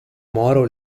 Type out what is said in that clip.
moro